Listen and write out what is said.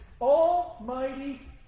almighty